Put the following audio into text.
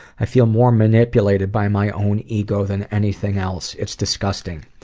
i feel more manipulated by my own ego than anything else. it's disgusting.